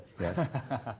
Yes